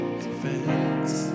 defense